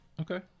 Okay